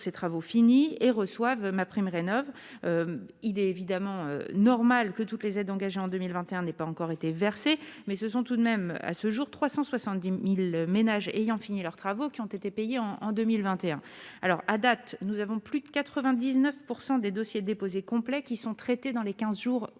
ces travaux finis et reçoivent ma prime rénove, il est évidemment normal que toutes les aides, engagées en 2021 n'est pas encore été versée, mais ce sont tout de même à ce jour 370000 ménages ayant fini leurs travaux qui ont été payés en en 2021 alors à date, nous avons plus de 99 % des dossiers déposés complet qui sont traités dans les 15 jours